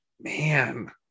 man